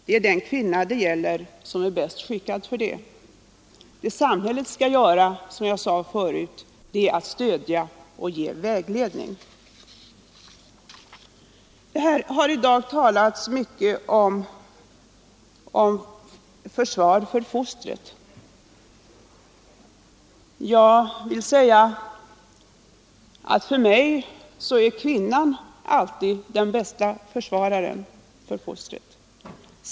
Det är den kvinna det gäller som är bäst skickad för det. Vad samhället skall göra är, som jag sade förut, att stödja och ge vägledning. Här har det i dag talats mycket till försvar för fostret. Då vill jag säga att för mig är kvinnan själv alltid den bästa försvararen för fostret.